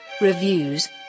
reviews